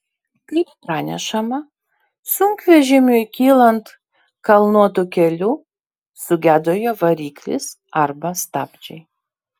kaip pranešama sunkvežimiui kylant kalnuotu keliu sugedo jo variklis arba stabdžiai